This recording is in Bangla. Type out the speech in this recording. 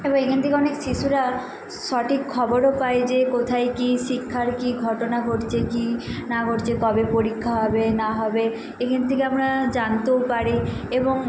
তবে এখান থেকে অনেক শিশুরা সঠিক খবরও পায় যে কোথায় কী শিক্ষার কী ঘটনা ঘটছে কী না ঘটছে কবে পরীক্ষা হবে না হবে এখান থেকে আমরা জানতেও পারি এবং